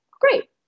great